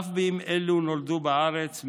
אף אם נולדו בארץ,